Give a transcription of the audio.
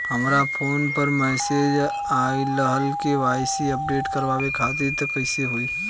हमरा फोन पर मैसेज आइलह के.वाइ.सी अपडेट करवावे खातिर त कइसे होई?